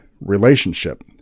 relationship